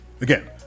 again